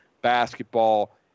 Basketball